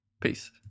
Peace